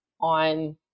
on